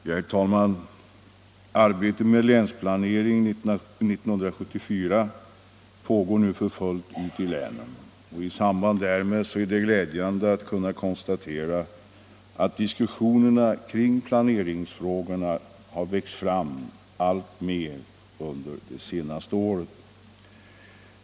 Herr talman! Arbetet med Länsplanering 1974 pågår nu för fullt i länen. I samband därmed är det glädjande att kunna konstatera att diskussionerna växt fram alltmer under det senaste året.